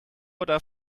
oder